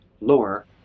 lower